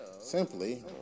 simply